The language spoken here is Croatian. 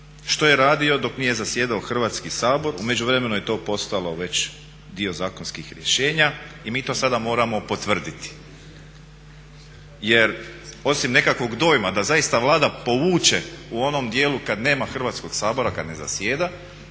što je radio dok nije zasjedao Hrvatski sabor. U međuvremenu je to postalo već dio zakonskih rješenja i mi to sada moramo potvrditi. Jer, osim nekakvog dojma da zaista Vlada povuče u onom dijelu kad nema Hrvatskog sabora, kad ne zasjeda,